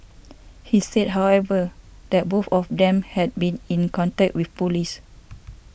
he said however that both of them had been in contact with police